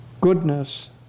Goodness